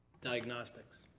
diagnostics.